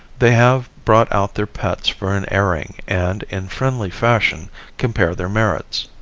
they have brought out their pets for an airing and in. friendly fashion compare their merits.